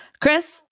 Chris